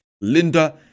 Linda